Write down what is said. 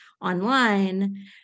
online